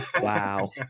wow